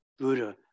Buddha